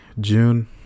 June